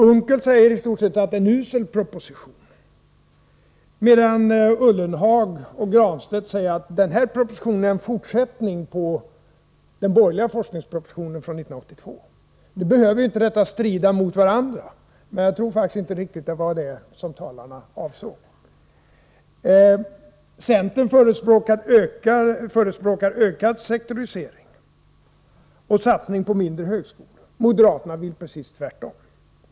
Unckel säger i stort sett att det är en usel proposition, medan Ullenhag och Granstedt säger att den här propositionen är en fortsättning på den Nr 166 borgerliga forskningspropositionen från 1982. Nu behöver inte detta strida mot vartannat, men jag tror faktiskt inte riktigt att det var det som talarna avsåg. Centern förespråkar ökad sektorisering och satsning på mindre högskolor. Forskningsoch ut Moderaterna vill precis tvärtom.